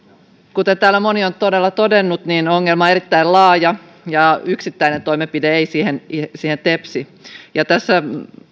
kuten täällä moni on todella todennut ongelma on erittäin laaja ja yksittäinen toimenpide ei siihen siihen tepsi tässä